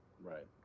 Right